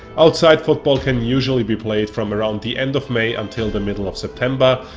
outside football can usually be played from around the end of may until the middle of september,